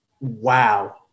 wow